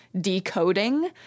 decoding